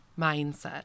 mindset